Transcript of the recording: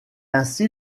ainsi